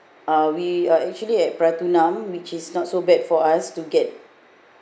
uh we are actually at pratunam which is not so bad for us to get